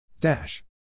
dash